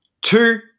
two